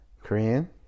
Korean